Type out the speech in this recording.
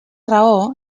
raó